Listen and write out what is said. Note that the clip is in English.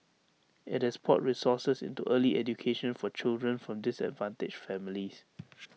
IT has poured resources into early education for children from disadvantaged families